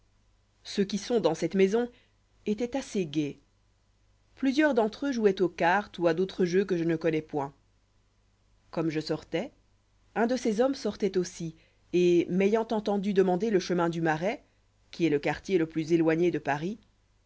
ceux qui sont dans cette maison étoient assez gais plusieurs d'entre eux jouoient aux cartes ou à d'autres jeux que je ne connois point comme je sortois un de ces hommes sortoit aussi et m'ayant entendu demander le chemin du marais qui est le quartier le plus éloigné de paris